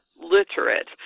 literate